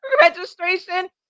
registration